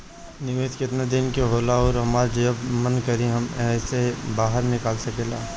निवेस केतना दिन के होला अउर हमार जब मन करि एमे से बहार निकल सकिला?